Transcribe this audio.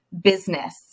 business